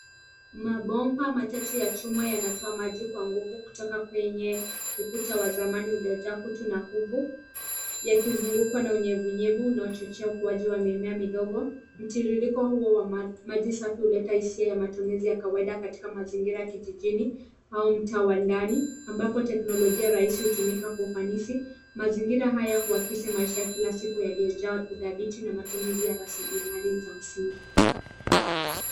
Mabomba matatu ya chuma yanatoa maji kwa nguvu kutoka kwenye ukuta wa zamani uliojaa kutu na nguvu yakizungukwa na unyevunyevu na huchochea ukuaji wa mimea midogo. Mtiririko huo wa maji maji safi huleta hisia ya matumizi ya kawaida katika mazingira kijijini au mtaa wa ndani ambapo teknolojia rahisi hutumika kwa ufanisi. Mazingira haya huakisi maisha ya kila siku yaliyojaa udhabiti na matumizi ya rasilimali za msingi. rasilimali za msingi.